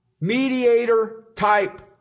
mediator-type